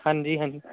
ਹਾਂਜੀ ਹਾਂਜੀ